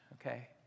okay